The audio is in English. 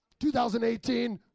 2018